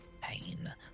pain